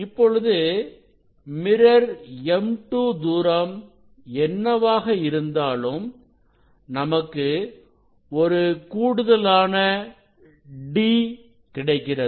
இப்பொழுது mirror M2 தூரம் என்னவாக இருந்தாலும் நமக்கு ஒரு கூடுதலான d கிடைக்கிறது